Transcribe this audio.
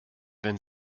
wenn